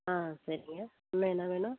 ஆ சரிங்க இன்னும் என்ன வேணும்